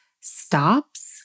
stops